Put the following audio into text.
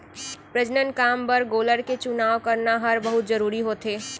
प्रजनन काम बर गोलर के चुनाव करना हर बहुत जरूरी होथे